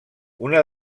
una